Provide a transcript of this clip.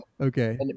okay